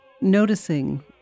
noticing